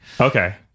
Okay